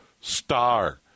star